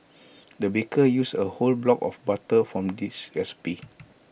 the baker used A whole block of butter for this recipe